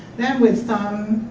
then with some,